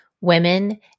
women